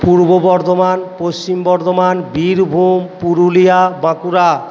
Purba Bardhaman Paschim Bardhaman Birbhum Purulia Bankura